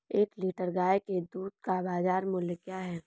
एक लीटर गाय के दूध का बाज़ार मूल्य क्या है?